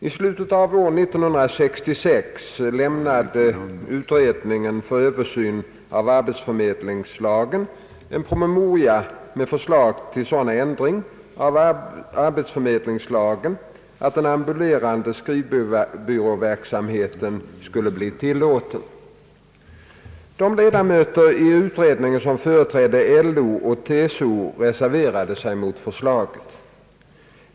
I slutet av år 1966 lämnade utredningen för Översyn av arbetsförmedlingslagen en promemoria med förslag till sådan ändring av arbetsförmedlingslagen att den ambulerande skrivbyråverksamheten skulle bli tillåten. De ledamöter i utredningen som företrädde LO och TCO reserverade sig mot förslaget.